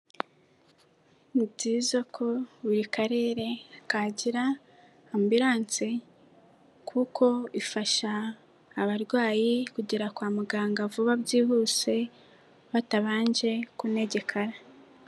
Ni byiza ko buri karere kagira ambulance, kuko ifasha abarwayi kugera kwa muganga vuba byihuse batabanje kunegekara.